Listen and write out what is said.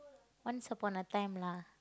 once upon a time lah